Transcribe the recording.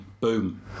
Boom